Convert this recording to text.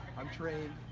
i'm trained,